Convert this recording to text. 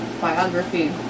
biography